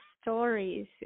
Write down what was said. stories